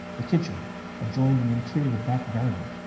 the kitchen adjoined an interior back-garden.